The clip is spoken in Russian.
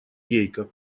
гейка